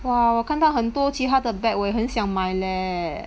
!wah! 我看到很多其他的我也很想买 leh